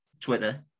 Twitter